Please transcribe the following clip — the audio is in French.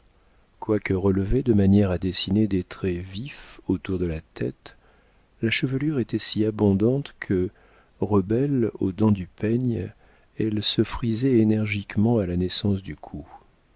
quoique relevée de manière à dessiner des traits vifs autour de la tête la chevelure était si abondante que rebelle aux dents du peigne elle se frisait énergiquement à la naissance du cou